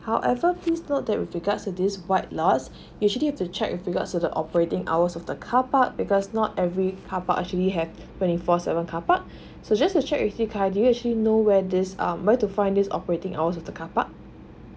however please note that with regards to this white lots you actually have to check with regards to the operating hours of the carpark because not every carpark actually have twenty four seven car park so just to check with you khairi do you actually know where this um where to find this operating hours of the carpark